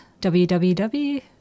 www